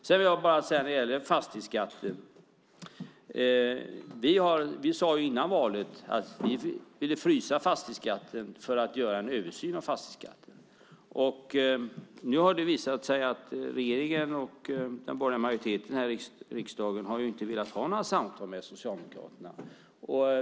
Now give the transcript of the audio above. Beträffande fastighetsskatten vill jag bara nämna att vi före valet sade att vi ville frysa fastighetsskatten för att göra en översyn av den. Nu har det visat sig att regeringen och den borgerliga majoriteten i riksdagen inte velat ha några samtal med Socialdemokraterna.